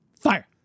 Fire